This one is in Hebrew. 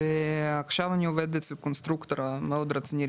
ועכשיו אני עובד אצל קונסטרוקטור מאוד רציני,